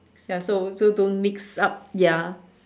and so so don't mix up ya